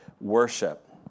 worship